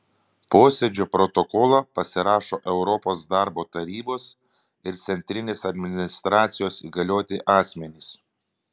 posėdžio protokolą pasirašo europos darbo tarybos ir centrinės administracijos įgalioti asmenys